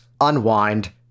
unwind